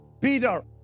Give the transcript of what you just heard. Peter